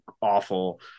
awful